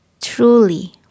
Truly